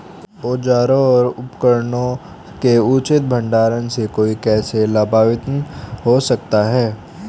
औजारों और उपकरणों के उचित भंडारण से कोई कैसे लाभान्वित हो सकता है?